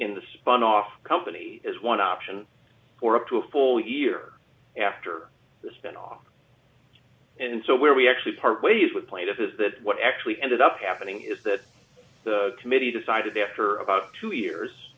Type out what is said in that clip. in the spun off company as one option for up to a full year after the spin off and so where we actually part ways with plaintiff is that what actually ended up happening is that the committee decided after about two years